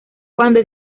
cuando